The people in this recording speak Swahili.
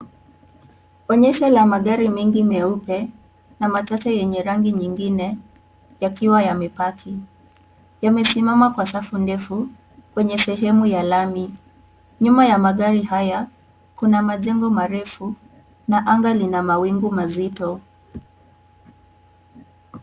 Onyesho la magari mengi meupe na machache yenye rangi nyingine yakiwa yamebaki, yamesimama kwa safu ndefu kwenye sehemu ya lami, nyuma ya magari haya kuna majengo marefu na angalina mawingu mazito.